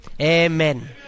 Amen